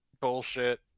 bullshit